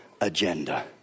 agenda